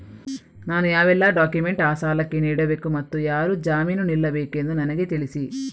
ನಾನು ಯಾವೆಲ್ಲ ಡಾಕ್ಯುಮೆಂಟ್ ಆ ಸಾಲಕ್ಕೆ ನೀಡಬೇಕು ಮತ್ತು ಯಾರು ಜಾಮೀನು ನಿಲ್ಲಬೇಕೆಂದು ನನಗೆ ತಿಳಿಸಿ?